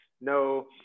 No